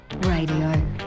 Radio